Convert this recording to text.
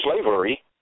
slavery